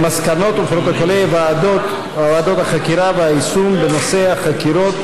מסקנות ופרוטוקולי ועדות החקירה והיישום בנושא חקירות